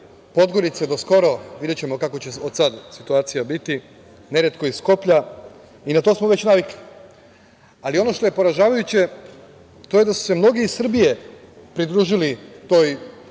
Podgorice, do skoro, videćemo kako će od sada situacija biti, neretko i Skoplja i na to smo već navikli. Ali ono što je poražavajuće, to je da su se mnogi iz Srbije pridružili toj